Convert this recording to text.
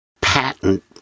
patent